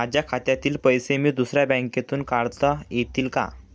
माझ्या खात्यातील पैसे मी दुसऱ्या बँकेतून काढता येतील का?